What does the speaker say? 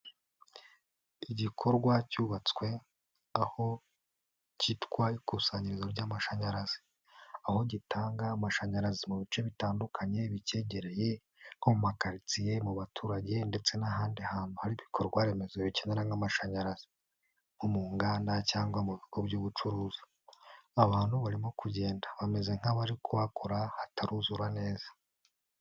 Igikorwa cyubatswe aho cyitwa ikusanyirizo ry'amashanyarazi, aho gitanga amashanyarazi mu bice bitandukanye bikegereye, nko makaritsiye, mu baturage ndetse n'ahandi hantu, hari ibikorwaremezo bikenera nk'amashanyarazi nko mu nganda cyangwa mu bigo by'ubucuruzi, abantu barimo kugenda bameze nk'abari kuhakora hataruzura neza.